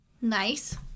Nice